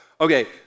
okay